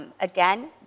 again